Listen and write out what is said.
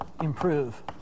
improve